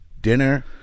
dinner